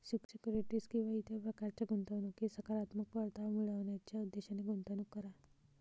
securities किंवा इतर प्रकारच्या गुंतवणुकीत सकारात्मक परतावा मिळवण्याच्या उद्देशाने गुंतवणूक करा